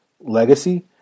legacy